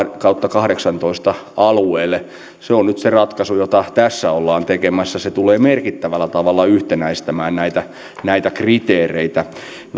kautta kahdeksantoista alueelle se on nyt se ratkaisu jota tässä ollaan tekemässä se tulee merkittävällä tavalla yhtenäistämään näitä näitä kriteereitä